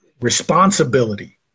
responsibility